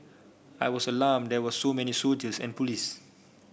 I was alarmed there were so many soldiers and police